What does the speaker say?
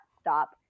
stop